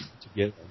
together